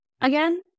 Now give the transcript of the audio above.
again